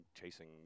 chasing